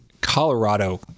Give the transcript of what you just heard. Colorado